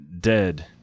dead